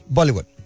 Bollywood